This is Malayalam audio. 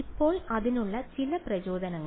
ഇപ്പോൾ അതിനുള്ള ചില പ്രചോദനങ്ങൾ